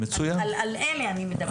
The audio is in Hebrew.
על אלה אני מדברת.